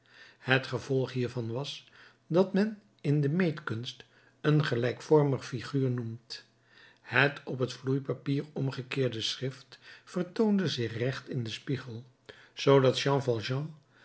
het gevolg hiervan was wat men in de meetkunst een gelijkvormige figuur noemt het op het vloeipapier omgekeerde schrift vertoonde zich recht in den spiegel zoodat jean